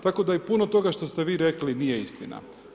Tako da i puno toga što ste vi rekli nije istina.